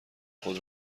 خود